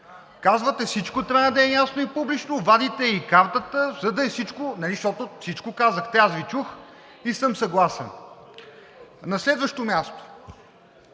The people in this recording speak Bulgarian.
Казвате: всичко трябва да е ясно и публично, вадите и картата, защото казахте всичко, аз Ви чух и съм съгласен. На следващо място,